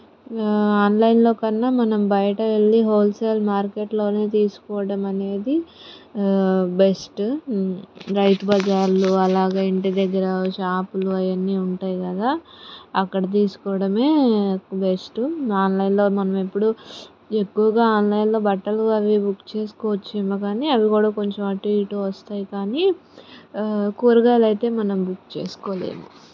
ఆన్లైన్లో కన్నా మనం బయట వెళ్లి హోల్సేల్ మార్కెట్లోనే తీసుకోవడం అనేది బెస్ట్ రైతు బజార్లో అలాగా ఇంటి దగ్గర షాప్లు అవన్నీ ఉంటాయి కదా అక్కడ తీసుకోవడమే బెస్ట్ ఆన్లైన్లో మనం ఎప్పుడు ఎక్కువగా ఆన్లైన్లో బట్టలు అవి బుక్ చేసుకోవచ్చు ఏమో కానీ అవి కూడా కొంచెం అటూ ఇటూ వస్తాయి కానీ కూరగాయలు అయితే మనం బుక్ చేసుకోలేము